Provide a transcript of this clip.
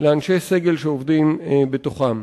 לאנשי סגל שעובדים בהן.